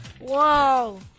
Whoa